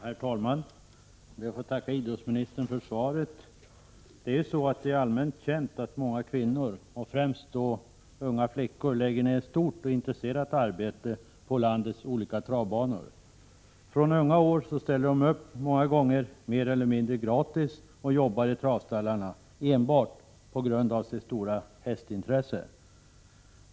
Herr talman! Jag får tacka idrottsministern för svaret. Det är allmänt känt att många kvinnor, främst unga flickor, lägger ner stort och intresserat arbete på landets olika travbanor. Från unga år ställer de upp, många gånger mer eller mindre gratis, och arbetar på travstallarna enbart på grund av sitt stora hästintresse.